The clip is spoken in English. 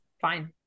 fine